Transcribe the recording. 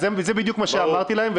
זה בדיוק מה שאמרתי להם.